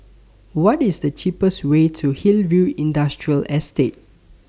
What IS The cheapest Way to Hillview Industrial Estate